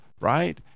right